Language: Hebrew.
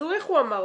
אז איך הוא אמר,